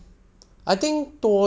but 他有多强